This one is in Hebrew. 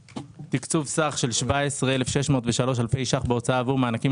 תקצוב סך של 17,603 אלפי ש"ח בהוצאה עבור מענקים